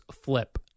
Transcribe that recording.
Flip